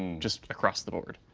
and just across the board.